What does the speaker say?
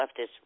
leftist